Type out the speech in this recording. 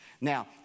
Now